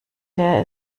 leer